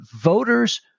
voters